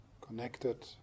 connected